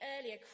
earlier